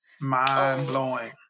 mind-blowing